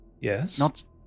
Yes